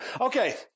Okay